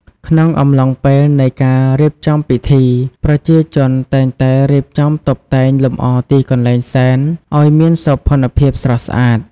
ក្នុងអំឡុងពេលនៃការរៀបចំពិធី ប្រជាជនតែងតែរៀបចំតុបតែងលម្អទីកន្លែងសែនឲ្យមានសោភ័ណភាពស្រស់ស្អាត។